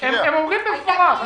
הם אומרים מפורש.